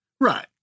Right